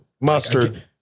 mustard